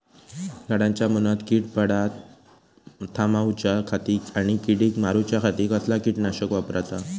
झाडांच्या मूनात कीड पडाप थामाउच्या खाती आणि किडीक मारूच्याखाती कसला किटकनाशक वापराचा?